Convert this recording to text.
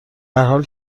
هرحال